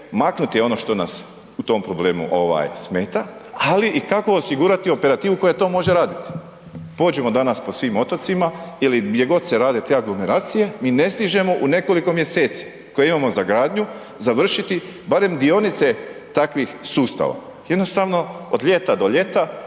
maknuti ono što nas u tom problemu smeta ali i kako osigurati operativu koja to može raditi. Pođimo danas po svim otocima ili gdje god se rade te aglomeracije, mi ne stižemo u nekoliko mjeseci koje imamo za gradnju završiti barem dionice takvih sustava. Jednostavno od ljeta do ljeta,